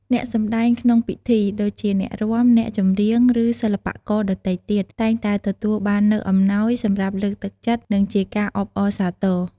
អ្នកសម្តែងក្នុងពិធី ដូចជា អ្នករាំ អ្នកចម្រៀង ឬសិល្បករដទៃទៀត តែងតែទទួលបាននូវអំណោយ សម្រាប់លើកទឹកចិត្ត និងជាការអបអរសាទរ។